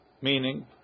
meaning